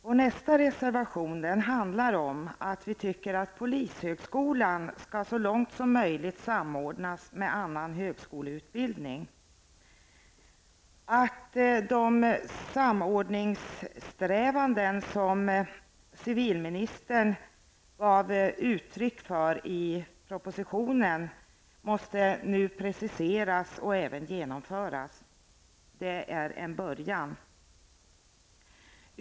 Vår nästa reservation handlar om att vi anser att utbildningen på polishögskolan så långt som möjligt skall samordnas med annan högskoleutbildning. De samordningssträvanden som civilministern gav uttryck för i propositionen måste preciseras och även genomföras. Det är en början.